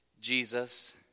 Jesus